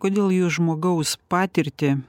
kodėl jūs žmogaus patirtį